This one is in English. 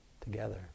Together